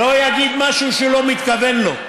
הוא לא יגיד משהו שהוא לא מתכוון לו,